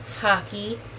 hockey